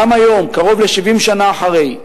גם היום, קרוב ל-70 שנה אחרי,